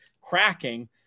cracking